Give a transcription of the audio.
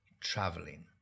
traveling